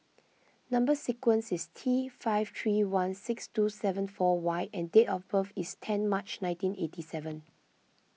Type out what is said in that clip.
Number Sequence is T five three one six two seven four Y and date of birth is ten March nineteen eighty seven